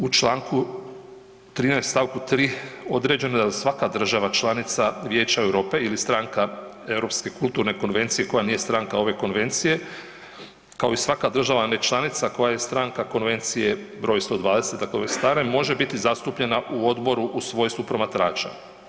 U čl. 13. st. 3. određeno je da svaka država članica Vijeća EU ili stranka Europske kulturne konvencije koja nije stranka ove Konvencije, kao i svaka država nečlanica koja je stranka Konvencije br. 120 ... može biti zastupljena u Odboru u svojstvu promatrača.